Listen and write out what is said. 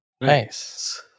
Nice